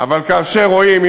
אבל כאשר רואים,